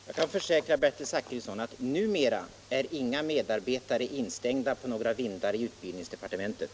Herr talman! Jag kan försäkra Bertil Zachrisson att inga medarbetare numera är instängda på några vindar i utbildningsdepartementet.